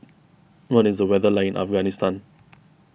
what is the weather like in Afghanistan